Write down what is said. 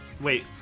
Wait